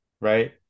right